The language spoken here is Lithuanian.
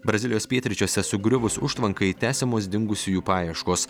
brazilijos pietryčiuose sugriuvus užtvankai tęsiamos dingusiųjų paieškos